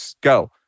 go